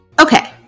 Okay